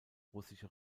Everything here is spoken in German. russische